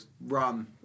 run